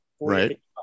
Right